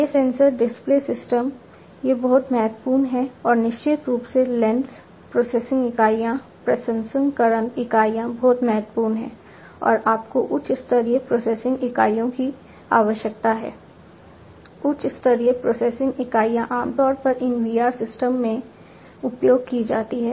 ये sensor display system ये बहुत महत्वपूर्ण हैं और निश्चित रूप से लेंस प्रोसेसिंग इकाईयां प्रसंस्करण इकाइयाँ बहुत महत्वपूर्ण हैं और आपको उच्च स्तरीय प्रोसेसिंग इकाइयों की आवश्यकता है उच्च स्तरीय प्रोसेसिंग इकाइयाँ आमतौर पर इन VR सिस्टम में उपयोग की जाती हैं